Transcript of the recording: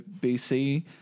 BC